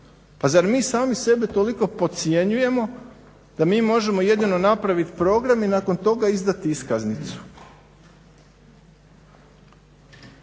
Pa zar mi sami sebe toliko podcjenjujemo da mi možemo jedino napraviti program i nakon toga izdati iskaznicu.